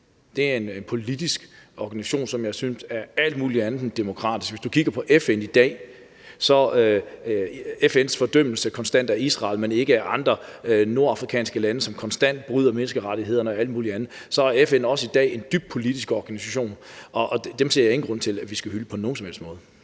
Det er en politisk organisation, som jeg synes er alt mulig andet end demokratisk. Hvis du kigger på FN, så fordømmer FN konstant Israel, men ikke andre nordafrikanske lande, som konstant bryder menneskerettighederne og alt mulig andet. FN er også i dag en dybt politisk organisation, og dem ser jeg ingen grund til at vi skal hylde på nogen som helst måde.